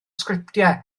sgriptiau